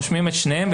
רושמים את שניהם,